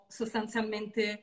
sostanzialmente